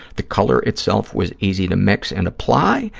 the color itself was easy to mix and apply.